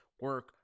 Work